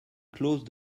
clause